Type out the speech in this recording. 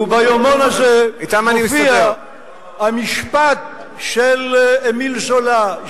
וביומון הזה מופיע המשפט של אמיל זולא,